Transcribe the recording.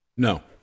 No